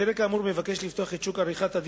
הפרק האמור מבקש לפתוח את שוק עריכת-הדין